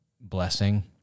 blessing